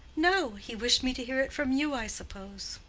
no he wished me to hear it from you, i suppose.